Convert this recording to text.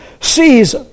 sees